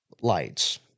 lights